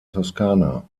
toskana